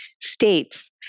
states